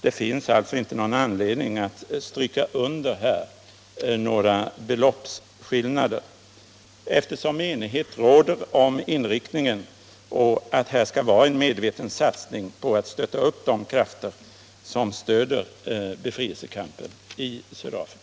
Det finns alltså inte någon anledning att här stryka under några beloppsskillnader mellan regeringens förslag och socialdemokraternas, eftersom enighet råder om inriktningen och om att det skall ske en medveten satsning på att stötta upp de krafter som stöder befrielsekampen i södra Afrika.